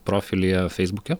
profilyje feisbuke